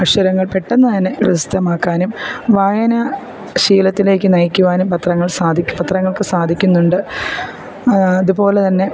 അക്ഷരങ്ങൾ പെട്ടെന്നു തന്നെ ഗൃഹസ്ഥമാക്കാനും വായനാ ശീലത്തിലേക്കു നയിക്കുവാനും പത്രങ്ങൾ സാധിക്കുക പത്രങ്ങൾക്കു സാധിക്കുന്നുണ്ട് അതുപോലെ തന്നെ